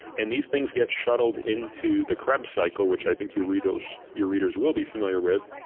and these things get shuttled into the kreb cycle, which i think your readers your readers will be familiar with,